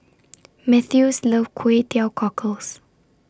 Mathews loves Kway Teow Cockles